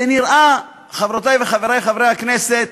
זה נראה, חברותי וחברי הכנסת,